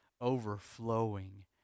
overflowing